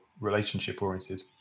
relationship-oriented